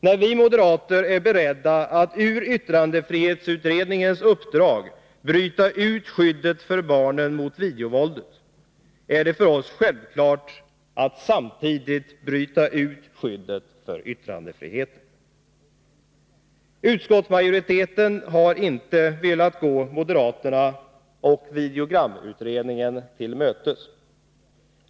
När vi moderater är beredda att ur yttrandefrihetsutredningens uppdrag bryta ut skyddet för barnen när det gäller videovåldet, är det för oss självklart att samtidigt bryta ut skyddet för yttrandefriheten. Utskottsmajoriteten har inte velat gå moderaterna och videogramutredningen till mötes.